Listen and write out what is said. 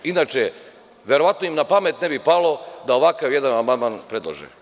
Inače, verovatno im na pamet ne bi palo da ovakav jedan amandman predlože.